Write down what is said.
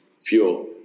fuel